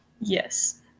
Yes